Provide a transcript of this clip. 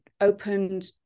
opened